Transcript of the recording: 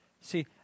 See